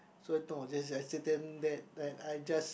that's why no just I said just then that that I just